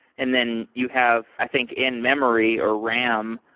and then you have, i think, in-memory or ram,